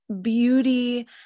beauty